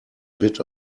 bit